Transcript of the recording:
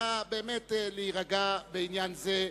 באמת, נא להירגע בעניין זה.